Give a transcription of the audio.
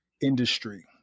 industry